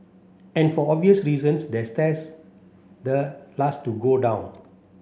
and for obvious reasons the stairs the last to go down